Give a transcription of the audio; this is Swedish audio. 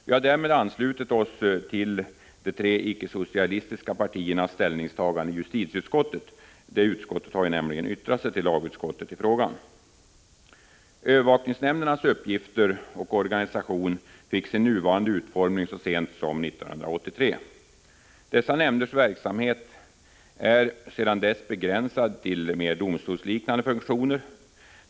Vi har därmed anslutit oss till de tre icke socialistiska partiernas ställningstagande i justitieutskottet, som yttrat sig till lagutskottet i frågan. Övervakningsnämndernas uppgifter och organisation fick sin nuvarande utformning så sent som 1983. Dessa nämnders verksamhet är sedan dess begränsad till mera domstolsliknande funktioner.